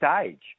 stage